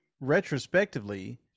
retrospectively